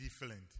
different